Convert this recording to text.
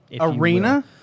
Arena